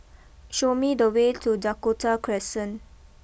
show me the way to Dakota Crescent